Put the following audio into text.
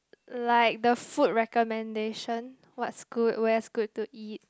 like the food recommendation what's good where's good to eat